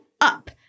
up